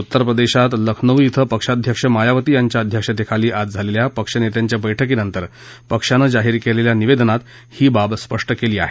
उत्तर प्रदेशात लखनो इथं पक्षाध्यक्ष मायावती यांच्या अध्यक्षतेखाली आज झालेल्या पक्षनेत्यांच्या बैठकीनंतर पक्षानं जाहीर केलेल्या निवेदनात ही बाब स्पष्ट केली आहे